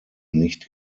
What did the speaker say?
nicht